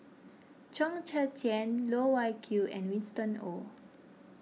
Chong Tze Chien Loh Wai Kiew and Winston Oh